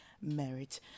merit